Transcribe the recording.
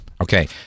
Okay